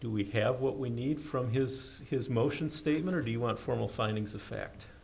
do we have what we need from his his motion statement if you want formal findings of fact